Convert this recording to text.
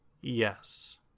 yes